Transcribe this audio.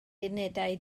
unedau